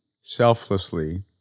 selflessly